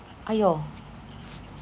!aiyo!